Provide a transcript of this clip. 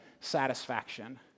satisfaction